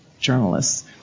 journalists